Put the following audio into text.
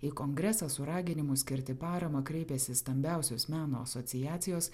į kongresą su raginimu skirti paramą kreipėsi stambiausios meno asociacijos